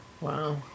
Wow